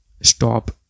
Stop